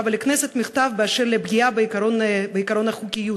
ולכנסת מכתב באשר לפגיעה בעקרון החוקיות,